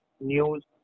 news